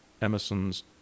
Emerson's